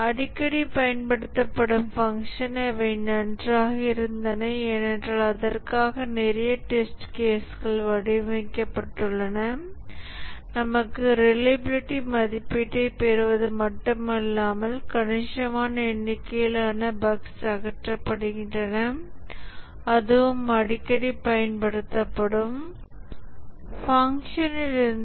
அடிக்கடி பயன்படுத்தப்படும் ஃபங்ஷன் அவை நன்றாக இருந்தன ஏனென்றால் அதற்காக நிறைய டெஸ்ட் கேஸ்கள் வடிவமைக்கப்பட்டுள்ளன நமக்கு ரிலையபிலிடி மதிப்பீட்டைப் பெறுவது மட்டுமல்லாமல் கணிசமான எண்ணிக்கையிலான பஃக்ஸ் அகற்றப்படுகின்றன அதுவும் அடிக்கடி பயன்படுத்தப்படும் ஃபங்க்ஷனிலிருந்து